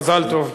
מזל טוב.